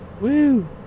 Woo